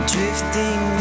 Drifting